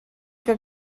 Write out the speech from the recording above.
que